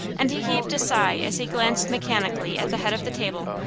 and he heaved a sigh as he glanced mechanically at the head of the table,